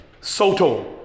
Soto